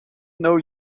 know